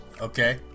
Okay